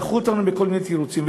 דחו אותנו בכל מיני תירוצים.